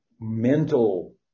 mental